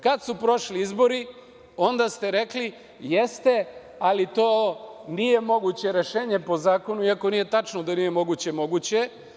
Kad su prošli izbori onda ste rekli – jeste, ali to nije moguće rešenje po zakonu, iako nije tačno da nije moguće, jer je moguće.